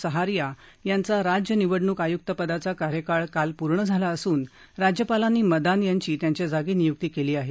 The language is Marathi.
सहारिया यांचा राज्य निवडणूक आयुक्तपदाचा कार्यकाळ काल पूर्ण झाला असून राज्यपालांनी मदान यांची त्यांच्या जागी नियुक्ती केली आहे